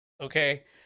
Okay